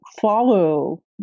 follow